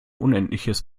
unendliches